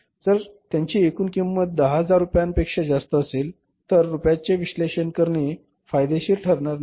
जर त्यांची एकूण किंमत 1000 रुपयांपेक्षा जास्त असेल तर रूप्यांचे विश्लेषण करणे फायदेशीर ठरणार नाही